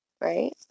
Right